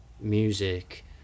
music